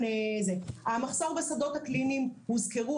המחסור בשדות הקליניים, הוזכרו.